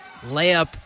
layup